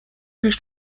پیش